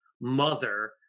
mother